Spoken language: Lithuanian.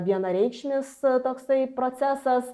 vienareikšmis e toksai procesas